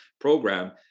program